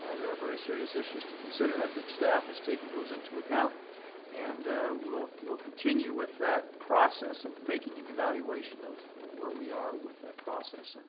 ah there are very serious issues to consider. i think staff is taking those into account and we'll we'll continue with that process of making an evaluation of of where we are with that process.